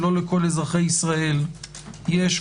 שלא לכל אזרחי ישראל יש,